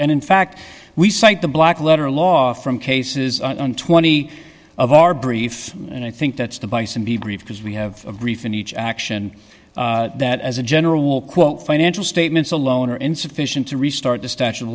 and in fact we cite the black letter law from cases on twenty of our brief and i think that's the by some be brief because we have a brief in each action that as a general rule quote financial statements alone are insufficient to restart the statute of